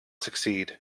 succeed